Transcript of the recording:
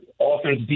offense